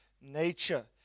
nature